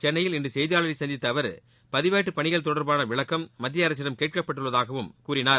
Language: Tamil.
சென்னையில் இன்று செய்தியாளா்களை சந்தித்த அவா் பதிவேட்டுப் பணிகள் தொடா்பான விளக்கம் மத்திய அரசிடம் கேட்கப்பட்டுள்ளதாக கூறினார்